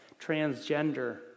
transgender